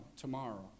tomorrow